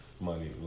money